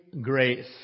grace